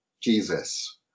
Jesus